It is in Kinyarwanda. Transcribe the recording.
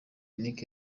nic